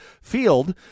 field